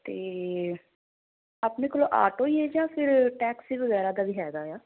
ਅਤੇ ਆਪਣੇ ਕੋਲ ਆਟੋ ਹੀ ਹੈ ਜਾਂ ਫਿਰ ਟੈਕਸੀ ਵਗੈਰਾ ਦਾ ਵੀ ਹੈਗਾ ਆ